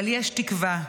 אבל יש תקווה.